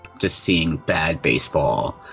just seeing bad baseball.